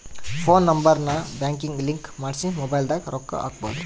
phone number ನ ಬ್ಯಾಂಕಿಗೆ link ಮಾಡ್ಸಿ ಮೊಬೈಲದಾಗ ರೊಕ್ಕ ಹಕ್ಬೊದು